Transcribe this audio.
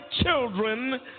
children